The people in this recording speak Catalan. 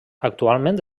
actualment